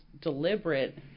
deliberate